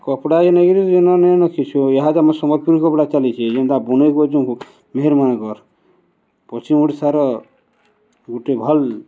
କପଡ଼ା ଏଇ ନେଇକିରି ଯେନ ରଖିଛୁ ଏହା ଦେ ଆମ ସମ୍ବଲପୁରୀ କପଡ଼ା ଚାଲିଛି ଯେନ୍ତା ବୁଣେଇ କରଛୁ ମେହେର ମାନଙ୍କର ପଶ୍ଚିମ ଓଡ଼ିଶାର ଗୋଟେ ଭଲ୍